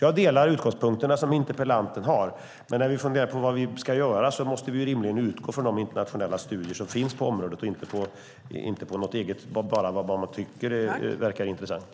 Jag delar alltså interpellantens utgångspunkter, men när vi funderar på vad vi ska göra måste vi rimligen utgå från de internationella studier som finns på området och inte från något som man bara tycker verkar intressant.